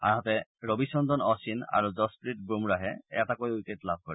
আনহাতে ৰবিচন্দন অশ্বিন আৰু জছ্ৰীত বুমৰাহে এটাকৈ উইকেট লাভ কৰে